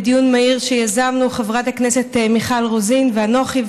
בדיון מהיר שיזמנו חברת הכנסת רוזין ואנוכי,